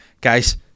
Guys